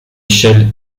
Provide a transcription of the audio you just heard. échelle